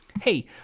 Hey